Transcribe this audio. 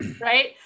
right